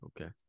Okay